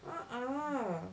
uh uh